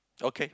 okay